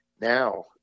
Now